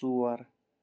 ژور